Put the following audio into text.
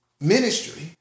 ministry